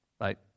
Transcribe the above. Right